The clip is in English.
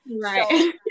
Right